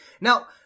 Now